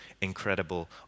incredible